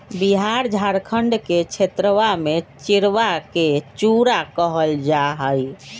बिहार झारखंड के क्षेत्रवा में चिड़वा के चूड़ा कहल जाहई